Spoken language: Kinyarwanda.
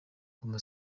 guma